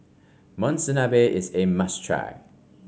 Monsunabe is a must try